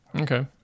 Okay